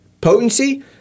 potency